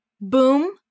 Boom